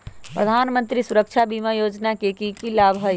प्रधानमंत्री सुरक्षा बीमा योजना के की लाभ हई?